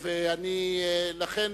לכן,